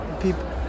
people –